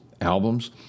albums